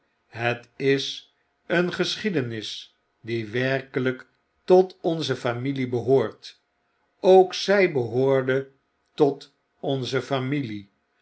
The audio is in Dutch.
het is een geschiedenis die werkeljjk tot onze familie behoort ook zij behoorde tot onze familie